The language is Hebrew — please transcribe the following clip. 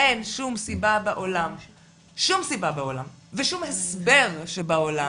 אין שום סיבה בעולם ושום הסבר שבעולם